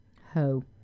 Ho